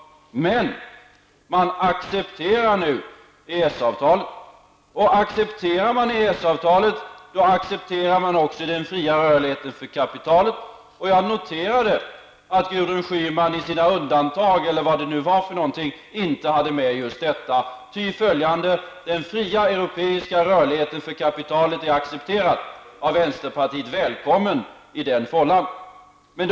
Men man accepterar nu EES avtalet. Accepterar man EES-avtalet accepterar man också den fria rörligheten för kapitalet. Jag noterar att Gudrun Schyman i sina undantag, eller vad det var, inte hade med just detta; ty den fria europeiska rörligheten för kapitalet är accepterad av vänsterpartiet. Välkommen i den fållan!